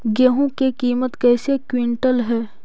गेहू के किमत कैसे क्विंटल है?